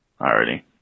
already